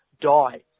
die